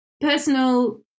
personal